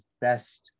best